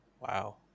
Wow